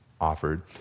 offered